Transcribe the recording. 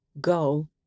Go